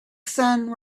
sun